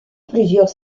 plusieurs